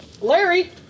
Larry